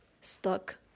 stuck